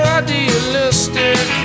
idealistic